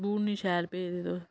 boot नी शैल भेजदे तुस